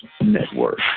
network